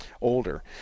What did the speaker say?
older